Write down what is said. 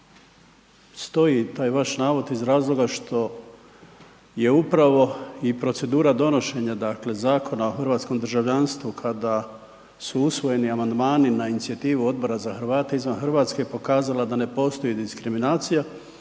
stoji taj vaš navod iz razloga što je upravo i profesura donošenja Zakona o hrvatskom državljanstvu kada su usvojeni amandmani na inicijativu Odbora za Hrvate izvan RH pokazala da ne postoji diskriminacija